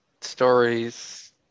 stories